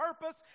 purpose